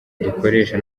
dukoresha